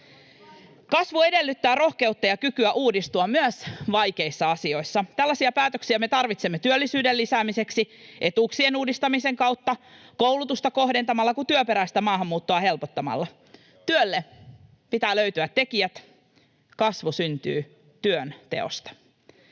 Kasvu edellyttää rohkeutta ja kykyä uudistua, myös vaikeissa asioissa. Tällaisia päätöksiä me tarvitsemme työllisyyden lisäämiseksi niin etuuksien uudistamisen kautta, koulutusta kohdentamalla kuin työperäistä maahanmuuttoa helpottamalla. Työlle pitää löytyä tekijät. Kasvu syntyy työnteosta.